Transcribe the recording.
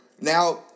Now